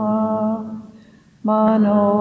Mano